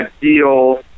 deal